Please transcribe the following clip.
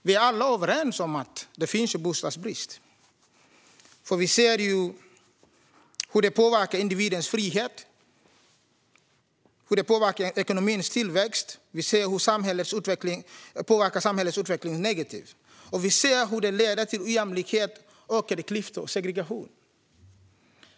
Vi är alla överens om att det finns en bostadsbrist. Vi ser hur det påverkar individens frihet, ekonomins tillväxt och samhällets utveckling i en negativ riktning. Vi ser också att det leder till ojämlikhet, ökade klyftor och segregation.